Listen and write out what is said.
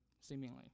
seemingly